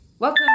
Welcome